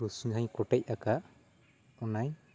ᱨᱚᱥᱩᱱ ᱡᱟᱦᱟᱸᱧ ᱠᱚᱴᱮᱡ ᱟᱠᱟᱫ ᱚᱱᱟᱧ